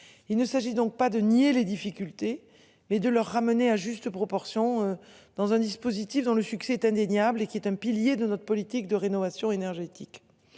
Il ne s'agit donc pas de nier les difficultés. Mais de leur ramener à juste proportion dans un dispositif dans le succès est indéniable et qui est un pilier de notre politique de rénovation énergétique.